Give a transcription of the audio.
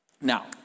Now